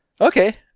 Okay